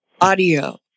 audio